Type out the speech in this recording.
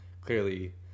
clearly